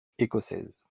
écossaise